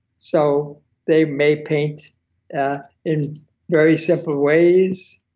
so they may paint in very simple ways,